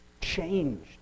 changed